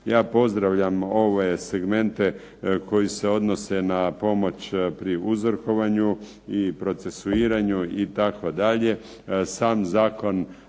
Ja pozdravljam ove segmente koji se odnose na pomoć pri uzrokovanju i procesuiranju itd.